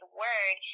word